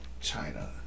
China